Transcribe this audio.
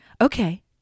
Okay